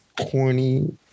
corny